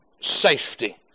safety